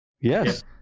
Yes